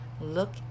look